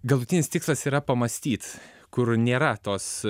galutinis tikslas yra pamąstyt kur nėra tos